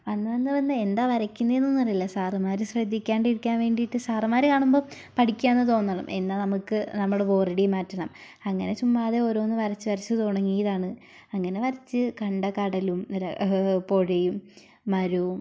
വന്ന് വന്ന് വന്ന് എന്താ വരക്കുന്നത് എന്നൊന്നും അറിയില്ല സാറുമ്മാര് ശ്രദ്ധിക്കാണ്ടിരിക്കാൻ വേണ്ടിട്ട് സാറുമ്മാര് കാണുമ്പോൾ പഠിക്കുക എന്ന് തോന്നണം എന്നാ നമുക്ക് നമ്മുടെ ബോറടിയും മാറ്റണം അങ്ങനെ ചുമ്മാതെ ഓരോന്ന് വരച്ച് വരച്ച് തുടങ്ങിതാണ് അങ്ങനെ വരച്ച് കണ്ട കടലും പുഴയും മരവും